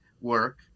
work